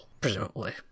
presumably